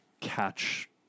catch